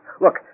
Look